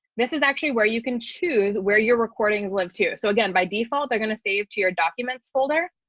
this is actually where you can choose where your recordings live to. so again, by default, they're going to save to your documents folder.